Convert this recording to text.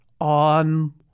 on